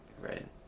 right